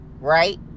Right